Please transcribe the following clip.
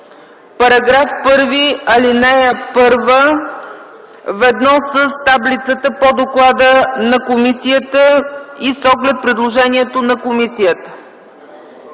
§ 1, чл. 1 в едно с таблицата по доклада на комисията и с оглед предложението на комисията.